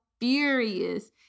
furious